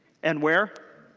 and where?